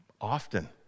often